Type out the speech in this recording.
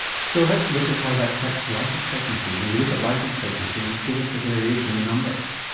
so let's look at how that tracks to life expectancy. when you look at life expectancy, give us the variation in numbers.